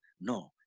No